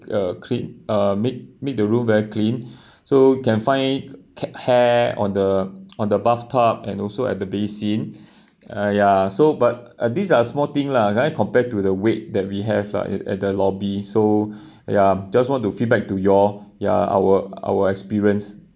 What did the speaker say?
uh clean uh make make the room very clean so you can find ha~ hair on the on the bathtub and also at the basin uh ya so but uh these are small things lah compared to the wait that we have lah at at the lobby so ya just want to feedback to you all ya our our experience